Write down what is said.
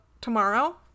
tomorrow